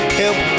help